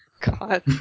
God